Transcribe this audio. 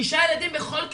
שישה ילדים בכל כיתה,